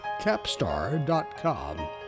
Capstar.com